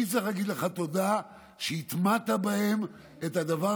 אלא אני צריך להגיד לך תודה שהטמעת בהם את הדבר